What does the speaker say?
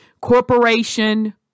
corporation